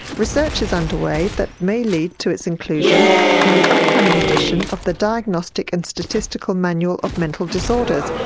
research is underway that may lead to its inclusion in the upcoming edition of the diagnostic and statistical manual of mental disorders,